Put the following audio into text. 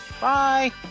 Bye